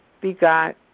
begot